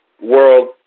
World